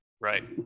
right